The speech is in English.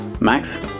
Max